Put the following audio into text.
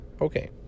Okay